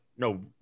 no